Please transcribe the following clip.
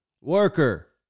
worker